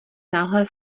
náhle